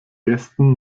gästen